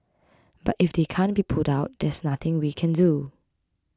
but if they can't be put out there's nothing we can do